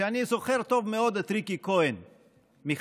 שאני זוכר טוב מאוד את ריקי כהן מחדרה,